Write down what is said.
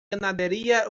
ganadería